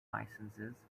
licenses